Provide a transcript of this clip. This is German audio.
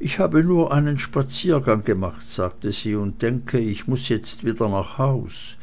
ich habe nur einen spaziergang gemacht sagte sie und denke ich muß jetzt wieder nach haus